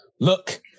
look